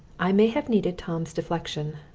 i may have needed tom's deflection.